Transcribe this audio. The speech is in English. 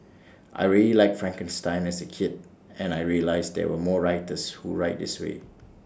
I really liked Frankenstein as A kid and I realised there are more writers who write this way